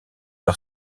par